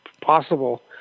possible